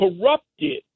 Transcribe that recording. corrupted